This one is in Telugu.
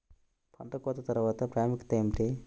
పంట కోత తర్వాత ప్రాముఖ్యత ఏమిటీ?